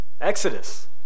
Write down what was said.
Exodus